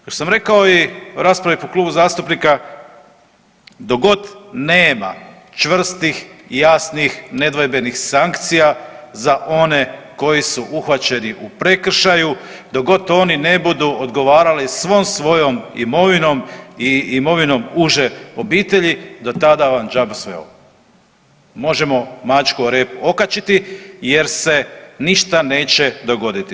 Još sam rekao i u raspravi po klubu zastupnika dok god nema čvrstih, jasnih i nedvojbenih sankcija za one koji su uhvaćeni u prekršaju, dok god oni ne budu odgovarali svom svojom imovinom i imovinom uže obitelji do tada vam džaba sve ovo, možemo mačku o rep okačiti jer se ništa neće dogoditi.